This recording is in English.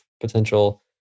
potential